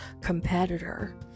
competitor